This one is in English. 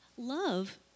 Love